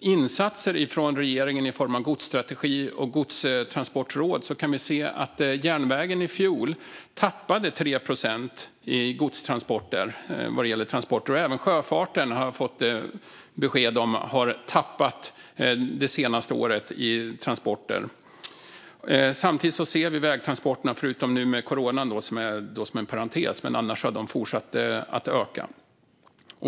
insatser från regeringen i form av en godsstrategi och ett godstransportråd kan vi se att järnvägen i fjol tappade 3 procent i fråga om godstransporter. Jag har även fått besked om att sjöfarten det senaste året har tappat en del i fråga om transporter. Samtidigt ser vi att vägtransporterna har fortsatt att öka, förutom nu med coronan, som är en parentes.